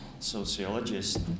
sociologist